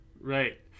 Right